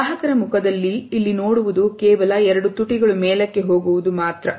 ಗ್ರಾಹಕರ ಮುಖದಲ್ಲಿ ನೀವು ಇಲ್ಲಿ ನೋಡುವುದು ಕೇವಲ ಎರಡು ತುಟಿಗಳು ಮೇಲಕ್ಕೆ ಹೋಗುವುದು ಮಾತ್ರ